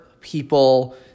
people